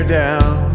down